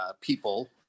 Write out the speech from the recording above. people